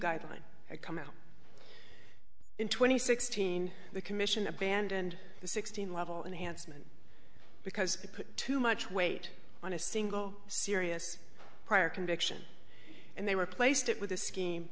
guideline had come out in twenty sixteen the commission abandoned the sixteen level enhanced men because they put too much weight on a single serious prior conviction and they replaced it with a scheme